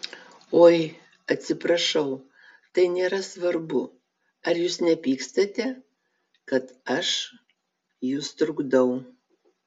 oi atsiprašau tai nėra svarbu ar jūs nepykstate kad aš jus trukdau